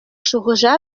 шухӑша